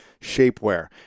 shapewear